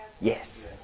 Yes